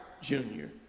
Junior